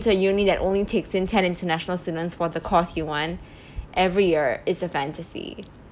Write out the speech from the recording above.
it's a uni that only takes in ten international students for the course you want every year is a fantasy